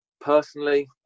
personally